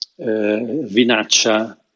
Vinaccia